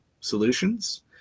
solutions